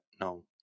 No